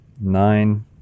Nine